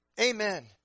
amen